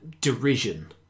derision